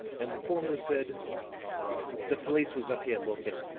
and the former said the police was up here looking.